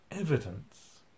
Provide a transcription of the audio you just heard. evidence